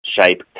shape